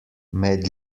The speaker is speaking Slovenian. med